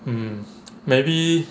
um maybe